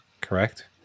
correct